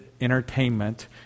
entertainment